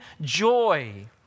Joy